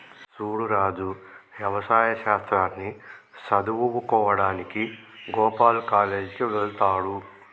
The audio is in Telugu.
సూడు రాజు యవసాయ శాస్త్రాన్ని సదువువుకోడానికి గోపాల్ కాలేజ్ కి వెళ్త్లాడు